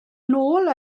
nôl